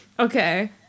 Okay